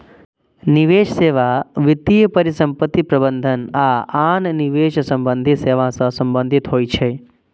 निवेश सेवा वित्तीय परिसंपत्ति प्रबंधन आ आन निवेश संबंधी सेवा सं संबंधित होइ छै